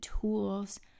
tools